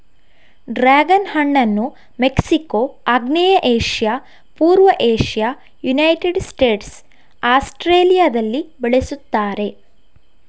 dragon ಹಣ್ಣನ್ನು Mexico, ಆಗ್ನೇಯ Asia, ಪೂರ್ವ ಏಷ್ಯಾ, ಯುನೈಟೆಡ್ ಸ್ಟೇಟ್ಸ್, ಆಸ್ಟ್ರೇಲಿಯಾದಲ್ಲಿ ಬೆಳೆಸುತ್ತಾರೆ